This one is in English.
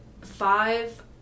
five